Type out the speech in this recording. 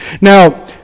Now